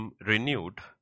renewed